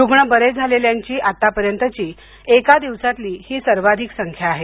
रुग्ण बरे झाल्याची आत्तापर्यंतची एका दिवसातली ही सर्वाधिक संख्या आहे